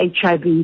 HIV